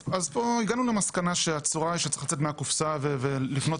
אז פה הגענו למסקנה שצריך לצאת מהקופסה ולפנות